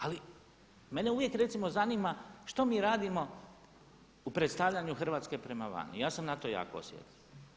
Ali mene uvijek recimo zanima što mi radimo u predstavljanju Hrvatske prema vani, ja sam na to jako osjetljiv.